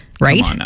Right